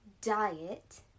diet